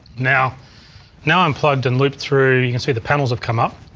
now now i'm plugged and looped through, you can see the panels have come up,